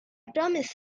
promise